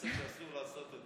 בכנסת שאסור לעשות את זה.